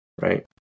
right